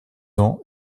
ans